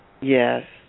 Yes